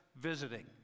Visiting